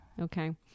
Okay